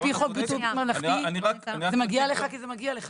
אני חושבת שעל פי חוק זה מגיע לך כי זה מגיע לך,